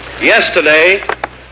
Yesterday